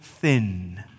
thin